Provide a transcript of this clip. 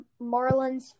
Marlins